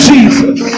Jesus